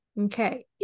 okay